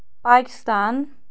Pakistan